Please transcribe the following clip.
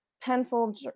pencil